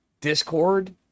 Discord